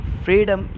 freedom